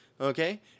Okay